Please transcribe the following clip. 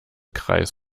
kreis